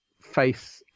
face